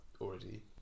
already